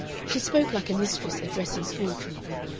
she spoke like a mistress addressing school-children.